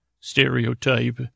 stereotype